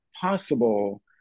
possible